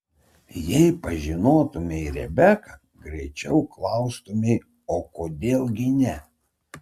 jei pažinotumei rebeką greičiau klaustumei o kodėl gi ne